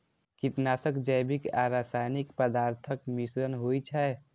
कीटनाशक जैविक आ रासायनिक पदार्थक मिश्रण होइ छै